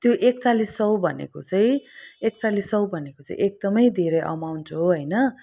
त्यो एकचालिस सय भनेको चाहिँ एकचालिस सय भनेको एकदमै धेरै एमाउन्ट हो होइन